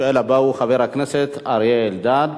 השואל הבא הוא חבר הכנסת אריה אלדד,